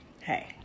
Hey